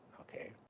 okay